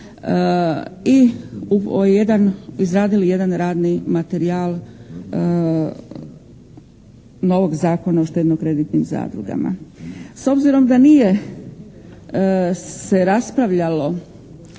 izradili jedan radnik materijal novog Zakona o štedno-kreditnim zadrugama. S obzirom da nije se raspravljalo